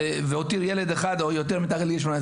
והותיר ילד אחד או יותר מתחת לגיל 18",